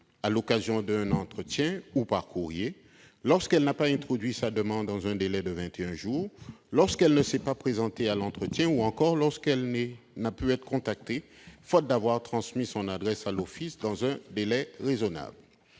à l'occasion d'un entretien ou par courrier, lorsqu'elle n'a pas introduit sa demande dans le délai de 21 jours, lorsqu'elle ne s'est pas présentée à l'entretien ou encore lorsqu'elle n'a pu être contactée, faute d'avoir transmis son adresse à l'Office dans un délai raisonnable.